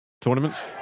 tournaments